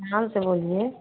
से बोलिए